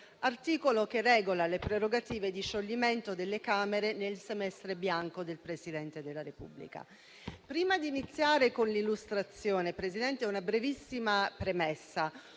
che regola le prerogative di scioglimento delle Camere nel semestre bianco del Presidente della Repubblica. Prima di iniziare con l'illustrazione, Presidente, faccio una brevissima premessa,